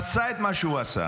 עשה את מה שהוא עשה,